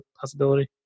possibility